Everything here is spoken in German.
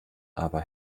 aber